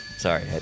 Sorry